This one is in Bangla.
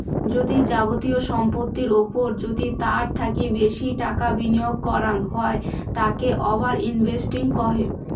যদি যাবতীয় সম্পত্তির ওপর যদি তার থাকি বেশি টাকা বিনিয়োগ করাঙ হই তাকে ওভার ইনভেস্টিং কহু